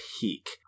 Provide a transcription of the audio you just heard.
peak